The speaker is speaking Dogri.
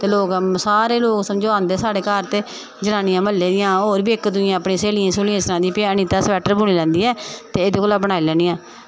ते लोग सारे लोग समझो आंदे साढ़े घर ते जनानियां म्हल्लै दियां ते होर बी इक्क दूई स्हेलियें गी सनांदियां केह् अनीता स्वेटर बुन्नी लैंदी ऐ एह्दे कोला बनाई लैनी आं